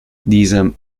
diesem